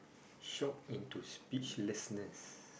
shocked into speechlessness